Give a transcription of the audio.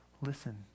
listen